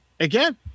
again